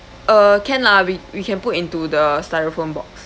uh can lah we we can put into the styrofoam box